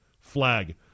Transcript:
Flag